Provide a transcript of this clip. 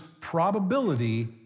probability